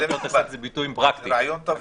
זה רעיון טוב.